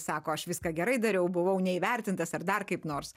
sako aš viską gerai dariau buvau neįvertintas ar dar kaip nors